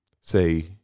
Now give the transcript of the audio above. say